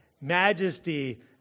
majesty